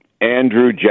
Andrew